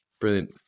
brilliant